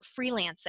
freelancing